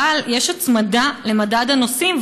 אבל יש הצמדה למדד הנוסעים,